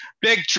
big